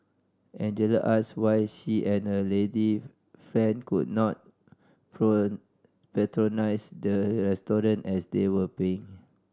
Angelina asked why she and her lady friend could not patronise the restaurant as they were paying